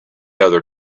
other